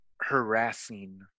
harassing